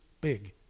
big